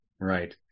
Right